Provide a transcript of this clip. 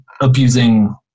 abusing